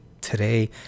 today